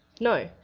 No